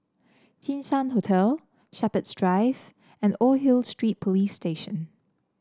Jinshan Hotel Shepherds Drive and Old Hill Street Police Station